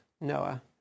Noah